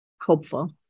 hopeful